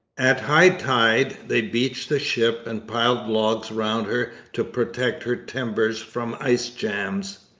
at high tide they beached the ship and piled logs round her to protect her timbers from ice jams.